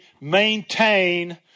maintain